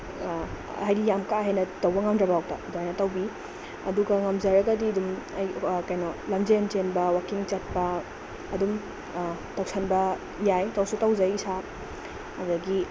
ꯍꯥꯏꯗꯤ ꯌꯥꯝ ꯀꯥ ꯍꯦꯟꯅ ꯇꯧꯕ ꯉꯝꯗ꯭ꯔꯐꯥꯎꯗ ꯑꯗꯨꯃꯥꯏꯅ ꯇꯧꯕꯤ ꯑꯗꯨꯒ ꯉꯝꯖꯔꯒꯗꯤ ꯑꯗꯨꯝ ꯑꯌꯨꯛ ꯀꯩꯅꯣ ꯂꯝꯖꯦꯜ ꯆꯦꯟꯕ ꯋꯥꯛꯀꯤꯡ ꯆꯠꯄ ꯑꯗꯨꯝ ꯇꯧꯁꯟꯕ ꯌꯥꯏ ꯇꯧꯁꯨ ꯇꯧꯖꯩ ꯏꯁꯥ ꯑꯗꯒꯤ